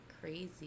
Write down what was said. crazy